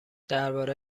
درباره